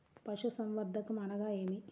పశుసంవర్ధకం అనగా ఏమి?